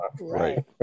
Right